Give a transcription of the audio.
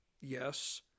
Yes